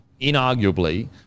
inarguably